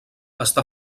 està